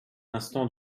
instant